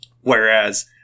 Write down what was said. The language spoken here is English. Whereas